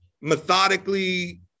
methodically